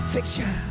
Fiction